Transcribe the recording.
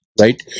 right